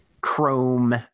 chrome